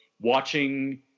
watching